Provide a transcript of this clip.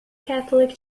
catholic